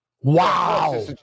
Wow